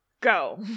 go